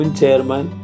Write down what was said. Chairman